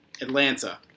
Atlanta